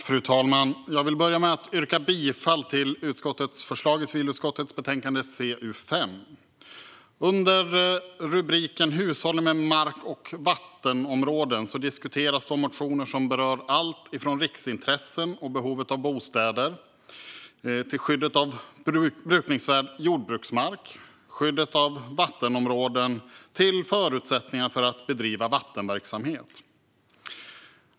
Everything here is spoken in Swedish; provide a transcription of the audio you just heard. Fru talman! Jag vill börja med att yrka bifall till utskottets förslag i civilutskottets betänkande CU5. Under rubriken Hushållningen med mark och vattenområden diskuteras motioner som berör allt från riksintressen och behovet av bostäder via skyddet av brukningsvärd jordbruksmark och skyddet av vattenområden till förutsättningarna för att bedriva vattenverksamhet.